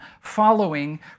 following